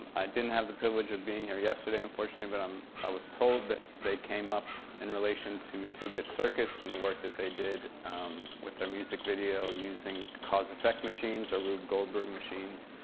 i didn't have the privilege of being here yesterday, unfortunately, but um i was told that they came up in relation to two bit circus, and the work that they did with their music video using cause-effect machines, or rube golberg machines.